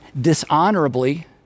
dishonorably